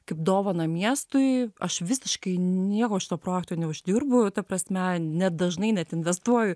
kaip dovaną miestui aš visiškai nieko iš to projekto neuždirbu ta prasme net dažnai net investuoju